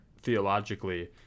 theologically